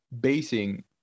basing